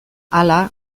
hala